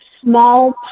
small